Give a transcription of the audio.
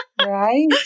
Right